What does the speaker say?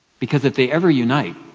because if they ever unite,